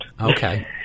Okay